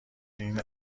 این